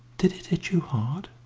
did it hit you hard?